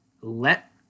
Let